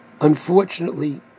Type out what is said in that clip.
unfortunately